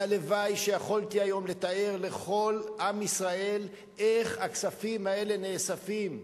והלוואי שיכולתי היום לתאר לכל עם ישראל איך הכספים האלה נאספים.